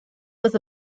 was